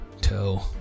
toe